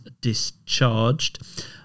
discharged